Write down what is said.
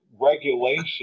regulation